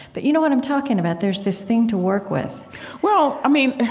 but you know what i'm talking about. there's this thing to work with well, i mean,